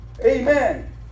amen